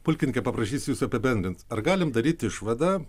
pulkininke paprašysiu jus apibendrint ar galim daryt išvadą